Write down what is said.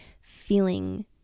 feeling